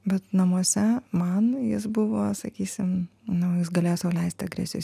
bet namuose man jis buvo sakysim nu jau jis galėjo sau leisti agresijos